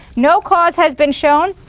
no cause has been shown.